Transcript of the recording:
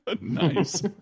nice